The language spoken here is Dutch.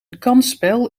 kansspel